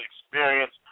experience